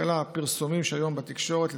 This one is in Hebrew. לכן הפרסומים שהיו היום בתקשורת הם